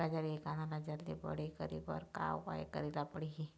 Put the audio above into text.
गाजर के कांदा ला जल्दी बड़े करे बर का उपाय करेला पढ़िही?